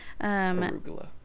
arugula